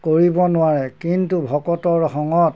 কৰিব নোৱাৰে কিন্তু ভকতৰ সঙত